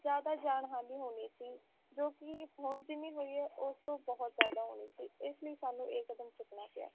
ਜ਼ਿਆਦਾ ਜਾਨ ਹਾਨੀ ਹੋਣੀ ਸੀ ਜੋ ਕਿ ਹੁਣ ਜਿੰਨੀ ਹੋਈ ਹੈ ਉਸ ਤੋਂ ਬਹੁਤ ਜ਼ਿਆਦਾ ਹੋਣੀ ਸੀ ਇਸ ਲਈ ਸਾਨੂੰ ਇਹ ਕਦਮ ਚੁੱਕਣਾ ਪਿਆ